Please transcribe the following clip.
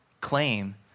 claim